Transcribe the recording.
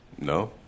No